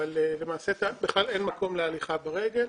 ולמעשה בכלל אין מקום להליכה ברגל.